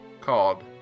called